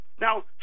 Now